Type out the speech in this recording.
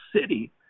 city